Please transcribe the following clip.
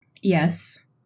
Yes